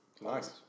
Nice